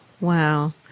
Wow